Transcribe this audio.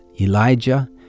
Elijah